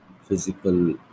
physical